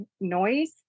noise